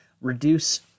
reduce